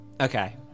Okay